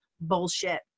bullshit